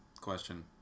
question